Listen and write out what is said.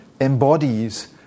embodies